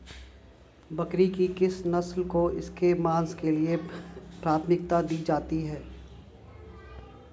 बकरी की किस नस्ल को इसके मांस के लिए प्राथमिकता दी जाती है?